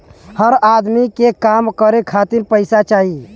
हर अदमी के काम करे खातिर पइसा चाही